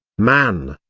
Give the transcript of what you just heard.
man,